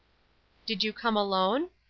did you come alone?